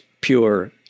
pure